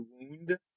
wound